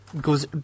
goes